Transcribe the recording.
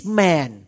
man